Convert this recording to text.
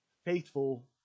Faithful